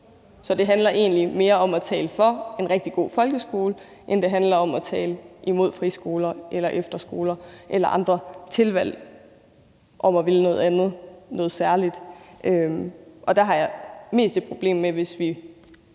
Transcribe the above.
Så det handler egentlig mere om at tale for en rigtig god folkeskole, end det handler om at tale imod friskoler eller efterskoler eller andre tilvalg, om at ville noget andet, noget særligt. Og der har jeg mest et problem med det, hvis vi